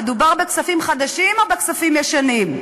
מדובר בכספים חדשים או בכספים ישנים?